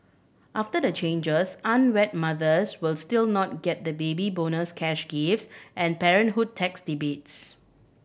after the changes unwed mothers will still not get the Baby Bonus cash gifts and parenthood tax debates